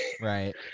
Right